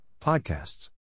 Podcasts